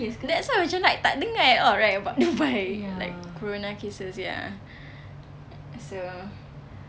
that's why macam like tak dengar at all right about dubai like corona cases ya so